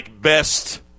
best